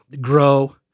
grow